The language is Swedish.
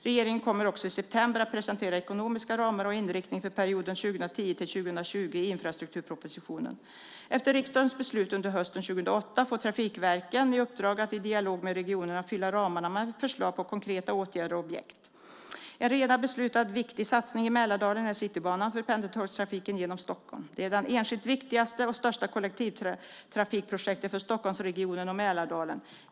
Regeringen kommer i september också att presentera ekonomiska ramar och inriktning för perioden 2010-2020 i infrastrukturpropositionen. Efter riksdagens beslut under hösten 2008 får trafikverken i uppdrag att i dialog med regionerna fylla ramarna med förslag på konkreta åtgärder och objekt. En redan beslutad viktig satsning i Mälardalen är Citybanan för pendeltågstrafiken genom Stockholm. Det är det enskilt viktigaste och största kollektivtrafikprojektet för Stockholmsregionen och Mälardalen.